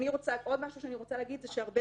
עוד משהו שאני רוצה להגיד זה שהרבה